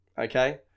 Okay